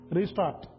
Restart